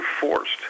forced